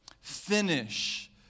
Finish